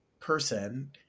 person